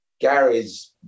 Gary's